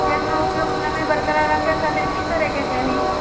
खेत में उपयुक्त नमी बरकरार रखे खातिर की करे के चाही?